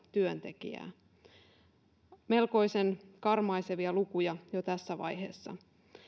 työntekijää melkoisen karmaisevia lukuja jo tässä vaiheessa